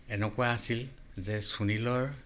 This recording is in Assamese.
এনেকুৱা আছিল যে সুনিলৰ